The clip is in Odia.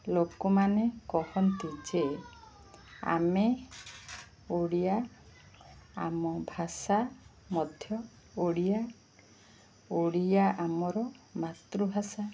ଲୋକମାନେ କହନ୍ତି ଯେ ଆମେ ଓଡ଼ିଆ ଆମ ଭାଷା ମଧ୍ୟ ଓଡ଼ିଆ ଓଡ଼ିଆ ଆମର ମାତୃଭାଷା